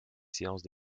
séances